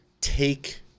take